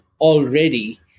already